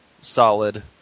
solid